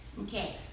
okay